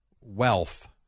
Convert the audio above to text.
wealth